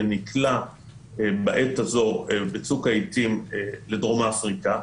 ונקלע בצוק העתים לדרום אפריקה,